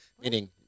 Meaning